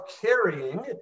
carrying